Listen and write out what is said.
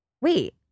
wait